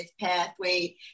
pathway